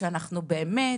שאנחנו באמת